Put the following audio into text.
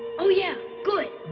oh, yeah. good.